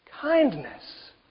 Kindness